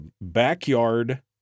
backyard